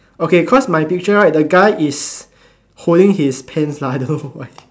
okay cause my picture right the guy is holding pants lah I don't know why